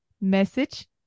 message